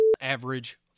average